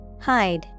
Hide